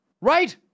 Right